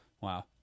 wow